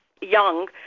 young